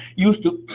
used to